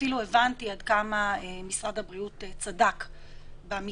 אפילו הבנתי עד כמה משרד הבריאות צדק במגבלות.